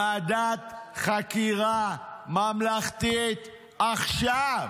ועדת חקירה ממלכתית עכשיו.